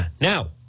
Now